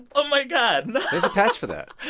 oh, my god, no there's a patch for that